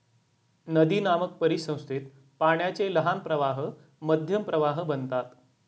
नदीनामक परिसंस्थेत पाण्याचे लहान प्रवाह मध्यम प्रवाह बनतात